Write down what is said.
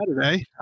Saturday